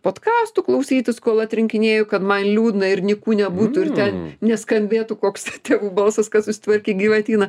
podtkastų klausytis kol atrinkinėju kad man liūdna ir nyku nebūtų ir ten neskambėtų koks ten balsas kad susitvarkyk gyvatyną